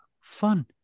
fun